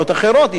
אידיאולוגיות,